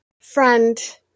friend